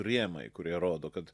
rėmai kurie rodo kad